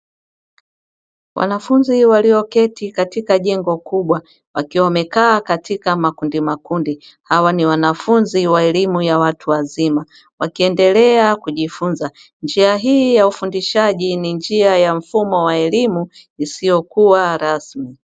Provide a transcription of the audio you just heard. Wanafunzi walioketi katika jengo kubwa, wakiwa wamekaa katika makundi makundi, hawa ni wanafunzi wa elimu ya watu wazima wakiendelea kujifunza njia hii ya ufundishaji ni njia ya mfumo wa elimu isiyokuwa rasmi.